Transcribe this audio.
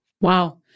Wow